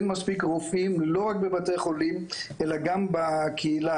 אין מספיק רופאים לא רק בבתי חולים אלא גם בקהילה.